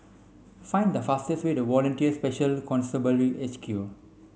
find the fastest way to Volunteer Special Constabulary H Q